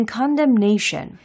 condemnation